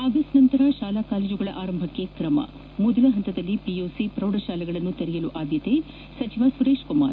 August ನಂತರ ಶಾಲಾ ಕಾಲೇಜುಗಳ ಆರಂಭಕ್ಕೆ ತ್ರಮ ಮೊದಲ ಹಂತದಲ್ಲಿ ಪಿಯುಸಿ ಪ್ರೌಢಶಾಲೆಗಳನ್ನು ತೆರೆಯಲು ಆದ್ಲತೆ ಸಚಿವ ಸುರೇಶ್ ಕುಮಾರ್